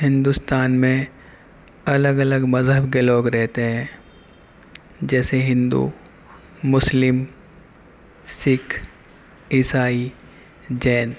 ہندوستان میں الگ الگ مذہب کے لوگ رہتے ہیں جیسے ہندو مسلم سکھ عیسائی جین